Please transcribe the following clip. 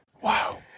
Wow